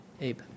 Abe